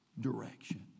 direction